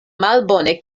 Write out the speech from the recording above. malbone